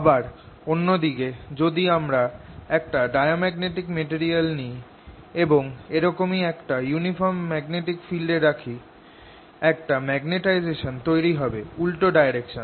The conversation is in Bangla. আবার অন্য দিকে যদি আমরা একটা ডায়াম্যাগনেটিক মেটেরিয়াল নি এবং এরকমই একটা ইউনিফর্ম ম্যাগনেটিক ফিল্ড এ রাখি একটা মেগনেটাইজেশান তৈরি হবে উল্টো ডাইরেকশনে